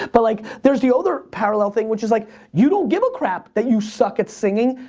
but like there's the other parallel thing. which is like you don't give a crap that you suck at singing.